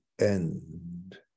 end